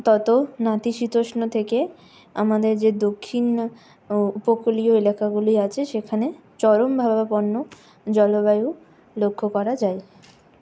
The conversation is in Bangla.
ততো নাতিশীতোষ্ণ থেকে আমাদের যে দক্ষিণ উপকূলীয় এলাকাগুলি আছে সেখানে চরমভাবাপন্ন জলবায়ু লক্ষ্য করা যায়